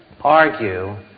argue